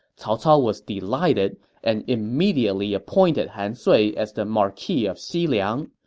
cao cao was delighted and immediately appointed han sui as the marquis of xiliang.